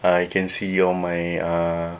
I can see on my uh